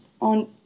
on